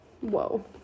whoa